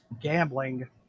gambling